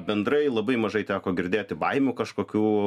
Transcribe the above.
bendrai labai mažai teko girdėti baimių kažkokių